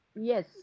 Yes